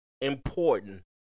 important